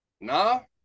No